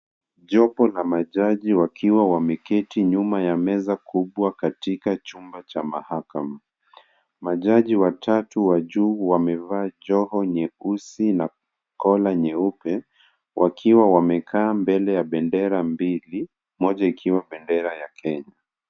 Jopo la majaji wakiwa wameketi nyuma ya meza kubwa katika chumba ca mahakama. Majaji watatu wa juu wamevaa majoho nyeusi na kola nyeupe, wakiwa wamekaa mbele ya bendera mbili, moja ikiwa bendera ya Kenya.